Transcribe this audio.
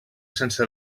sense